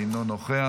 אינו נוכח,